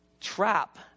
trap